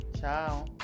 Ciao